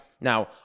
Now